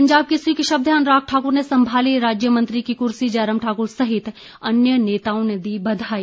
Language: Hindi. पंजाब केसरी के शब्द हैं अनुराग ठाक्र ने संभाली राज्यमंत्री की क्सी जयराम ठाक्र सहित अन्य नेताओं ने दी बधाई